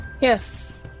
Yes